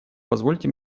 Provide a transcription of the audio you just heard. позвольте